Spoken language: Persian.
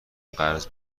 قرض